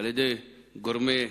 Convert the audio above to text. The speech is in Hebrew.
על-ידי גורמי